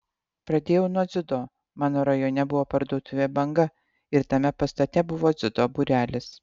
pradėjau nuo dziudo mano rajone buvo parduotuvė banga ir tame pastate buvo dziudo būrelis